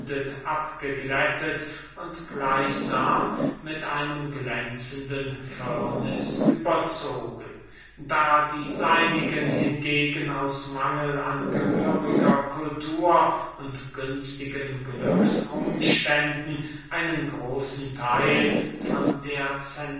abgeglättet und gleichsam mit einem glänzenden firniß überzogen da die seinigen hingegen aus mangel an gehöriger kultur und günstigen glücksumständen einen großen theil von der